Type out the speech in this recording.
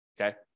okay